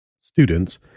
students